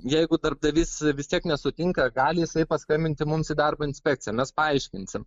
jeigu darbdavys vis tiek nesutinka gali jisai paskambinti mums į darbo inspekciją mes paaiškinsim